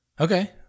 Okay